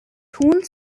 tun